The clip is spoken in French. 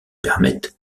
permettent